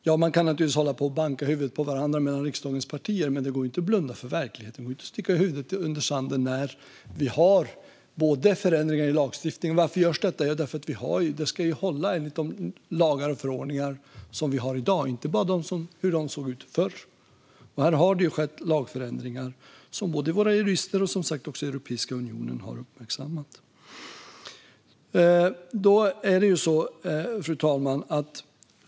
Ja, man kan naturligtvis hålla på och banka varandra i huvudet mellan riksdagens partier, men det går inte att blunda för verkligheten och sticka huvudet i sanden när vi har förändringar i lagstiftning. Varför görs detta? Jo, det ska hålla enligt de lagar och förordningar som vi har i dag, inte bara utifrån hur de såg ut förr. Och här har det skett lagförändringar som både våra jurister och, som sagt, Europeiska unionen har uppmärksammat. Fru talman!